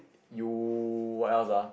you what else ah